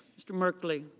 mr. markley.